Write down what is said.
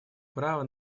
право